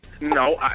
No